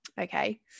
Okay